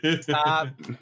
Stop